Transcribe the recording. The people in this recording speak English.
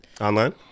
Online